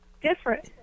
different